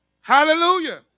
Hallelujah